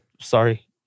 sorry